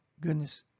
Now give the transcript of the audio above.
goodness